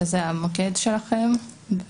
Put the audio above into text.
שזה המוקד שלכם,